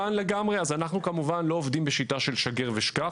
אז אנחנו כמובן לגמרי לא עובדים בצורה של שגר ושכח,